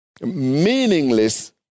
meaningless